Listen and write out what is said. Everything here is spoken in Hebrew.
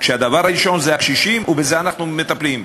כשהדבר הראשון זה הקשישים, ובזה אנחנו מטפלים.